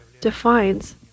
defines